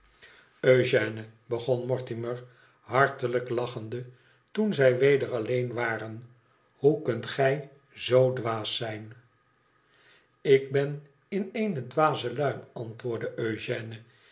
eugène begon mortimer hartelijk lachende toen zij weder alleen waren ihoe kunt gij zoo dwaas zijn lik ben in eene dwaze luim antwoordde